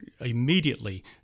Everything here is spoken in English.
immediately